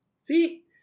See